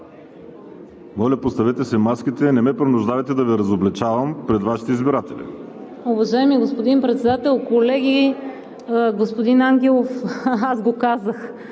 колеги, поставете си маските, не ме принуждавайте да Ви разобличавам пред Вашите избиратели.